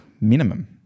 minimum